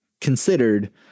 considered